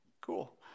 Cool